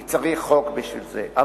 כי צריך חוק בשביל זה,